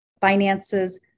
finances